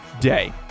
day